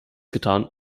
getan